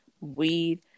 weed